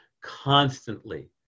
constantly